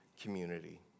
community